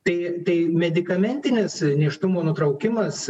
tai tai medikamentinis nėštumo nutraukimas